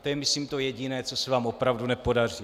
To je myslím to jediné, co se vám opravdu nepodaří.